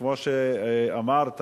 וכמו שאמרת,